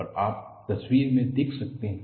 और आप तस्वीर में देख सकते हैं